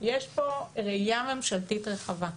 יש פה ראיה ממשלתית רחבה.